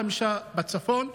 חמישה בצפון,